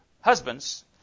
husbands